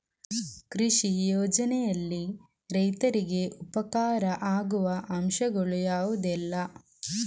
ಕೃಷಿ ಯೋಜನೆಯಲ್ಲಿ ರೈತರಿಗೆ ಉಪಕಾರ ಆಗುವ ಅಂಶಗಳು ಯಾವುದೆಲ್ಲ?